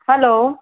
hello